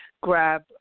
grab